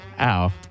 Ow